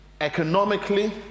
economically